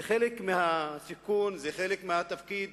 זה חלק מהסיכון, זה חלק מהתפקיד,